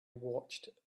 watched